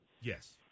Yes